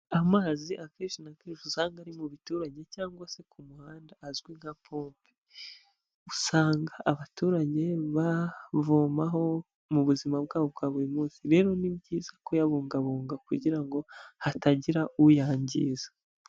Amazi akenshi na kenshi usanga ari mu biturage cyangwa se ku muhanda azwi nka pompe, usanga abaturage bavomaho mu buzima bwabo bwa buri munsi, rero ni byiza kuyabungabunga kugira ngo hatagira uyangiza.